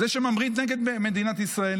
זה שממריד נגד מדינת ישראל,